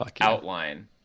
outline